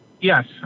Yes